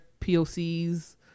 POCs